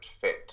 fit